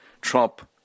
Trump